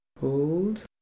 hold